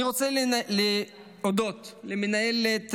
אני רוצה להודות למנהלת הוועדה,